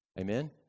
Amen